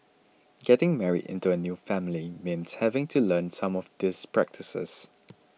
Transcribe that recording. getting married into a new family means having to learn some of these practices